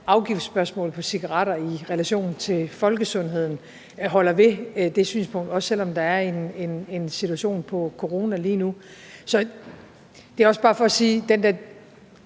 afgiftsspørgsmålet vedrørende cigaretter i relation til folkesundheden, holder ved det synspunkt, også selv om der er en situation med corona lige nu. Det er også bare for at sige,